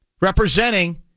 representing